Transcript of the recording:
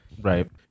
Right